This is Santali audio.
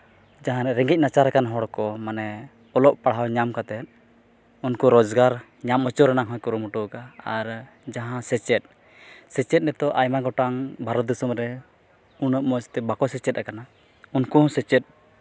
ᱡᱟᱦᱟᱸ ᱨᱮ ᱨᱮᱸᱜᱮᱡᱽ ᱱᱟᱪᱟᱨᱟᱠᱟᱱ ᱦᱚᱲ ᱠᱚ ᱢᱟᱱᱮ ᱚᱞᱚᱜ ᱯᱟᱲᱦᱟᱣ ᱧᱟᱢ ᱠᱟᱛᱮᱫ ᱩᱱᱠᱩ ᱨᱳᱡᱽᱜᱟᱨ ᱧᱟᱢ ᱚᱪᱚ ᱨᱮᱱᱟᱜ ᱦᱚᱸᱭ ᱠᱩᱨᱩᱢᱩᱴᱩ ᱟᱠᱟᱜᱼᱟ ᱟᱨ ᱡᱟᱦᱟᱸ ᱥᱮᱪᱮᱫ ᱥᱮᱪᱮᱫ ᱱᱤᱛᱳᱜ ᱟᱭᱢᱟ ᱜᱚᱴᱟᱝ ᱵᱷᱟᱨᱚᱛ ᱫᱤᱥᱚᱢ ᱨᱮ ᱩᱱᱟᱹᱜ ᱢᱚᱸᱡᱽᱛᱮ ᱵᱟᱠᱚ ᱥᱮᱪᱮᱫ ᱟᱠᱟᱱᱟ ᱩᱱᱠᱩ ᱦᱚᱸ ᱥᱮᱪᱮᱫ